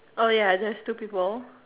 oh ya there's two people